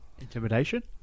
intimidation